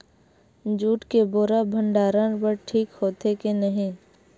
Jute के बोरा भंडारण बर ठीक होथे के नहीं?